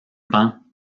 pan